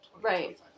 Right